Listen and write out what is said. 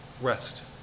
Rest